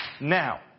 now